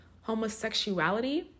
homosexuality